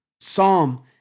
Psalm